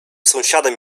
sąsiadem